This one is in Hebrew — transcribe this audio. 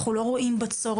אנחנו לא רואים בה צורך.